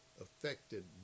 affected